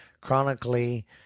chronically